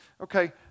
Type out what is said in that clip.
okay